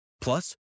Plus